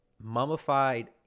mummified